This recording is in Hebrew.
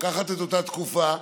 לקחת את אותה תקופה,